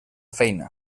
feina